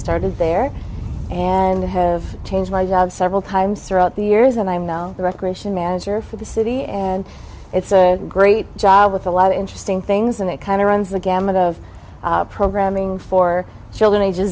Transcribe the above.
started there and have changed my job several times throughout the years and i'm now the recreation manager for the city and it's a great job with a lot of interesting things and it kind of runs the gamut of programming for children ages